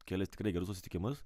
kelis tikrai gerus susitikimus